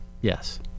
yes